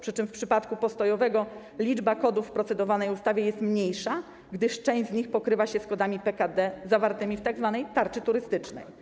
Przy czym w przypadku postojowego liczba kodów w procedowanej ustawie jest mniejsza, gdyż część z nich pokrywa się z kodami PKD zawartymi w tzw. tarczy turystycznej.